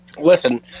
Listen